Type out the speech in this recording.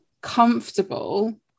comfortable